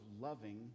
loving